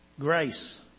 Grace